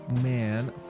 man